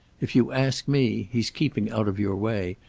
if you ask me, he's keeping out of your way,